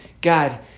God